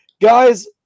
Guys